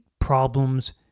problems